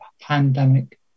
pandemic